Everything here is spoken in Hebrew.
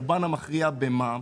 הרוב המכריע מתבטא בהטבות מע"מ.